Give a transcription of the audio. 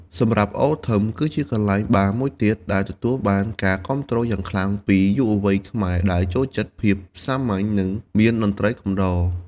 សម្រាប់ អូ ថឹម គឺជាកន្លែងបារមួយទៀតដែលទទួលបានការគាំទ្រយ៉ាងខ្លាំងពីយុវវ័យខ្មែរដែលចូលចិត្តភាពសាមញ្ញ និងមានតន្ត្រីកំដរ។